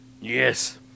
Yes